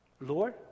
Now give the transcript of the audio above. Lord